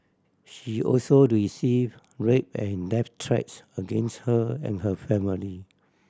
she also receive rape and death threats against her and her family